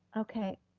okay.